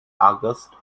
august